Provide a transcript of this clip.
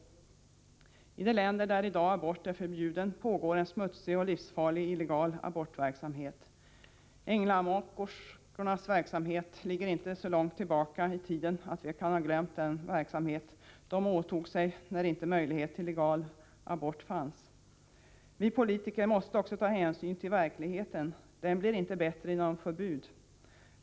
I de länder där abort i dag är förbjuden pågår en smutsig och livsfarlig illegal abortverksamhet. De s.k. änglamakerskornas verksamhet ligger inte så långt tillbaka i tiden att vi kan ha glömt den syssla dessa åtog sig när möjlighet till legal abort inte fanns. Vi politiker måste också ta hänsyn till verkligheten, den förändras inte till det bättre genom förbud.